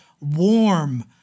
warm